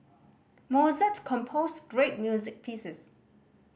Mozart composed great music pieces